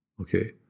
okay